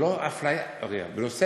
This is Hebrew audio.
בנושא